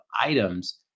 items